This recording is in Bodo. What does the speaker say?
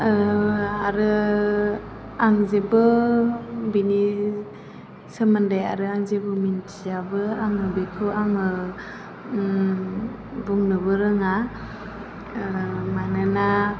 आरो आं जेबो बेनि सोमोन्दै आं जेबो मिथियाबो आङो बेखौ बुंनोबो रोङा मानोना